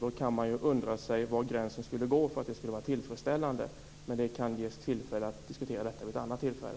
Då kan man undra var gränsen skulle gå för att det skulle vara tillfredsställande, men det kan ges tillfälle att diskutera detta vid ett annat tillfälle.